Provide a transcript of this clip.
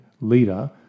leader